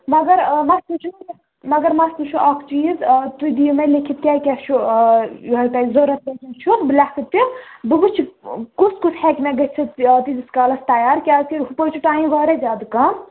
مگر مگر مگر مَسلہٕ چھُ اَکھ چیٖز تُہۍ دِیِو مےٚ لیٚکِتھ کیٛاہ کیٛاہ چھُ تۄہہِ ضوٚرَتھ کیٛاہ کیٛاہ چھُ بہٕ لٮ۪کھٕ تہِ بہٕ وٕچھِ کُس کُس ہٮ۪کہِ مےٚ گٔژھِتھ تیٖتِس کالَس تیار کیٛازِکہِ ہُپٲرۍ چھُ ٹایم واریاہ زیادٕ کَم